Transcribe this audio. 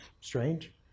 strange